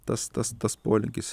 tas tas tas polinkis